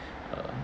uh